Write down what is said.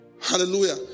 Hallelujah